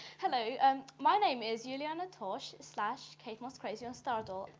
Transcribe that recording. hello. and my name is julianna toss slash katemosscrazy on stardoll.